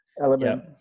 element